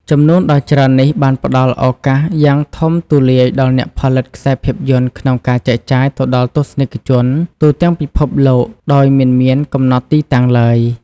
ចំនួនដ៏ច្រើននេះបានផ្តល់ឱកាសយ៉ាងធំទូលាយដល់អ្នកផលិតខ្សែភាពយន្តក្នុងការចែកចាយទៅដល់ទស្សនិកជនទូទាំងពិភពលោក ដោយមិនមានកំណត់ទីតាំងឡើយ។